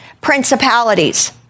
principalities